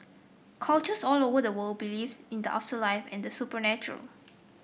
cultures all over the world believe in the afterlife and the supernatural